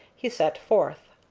he set forth.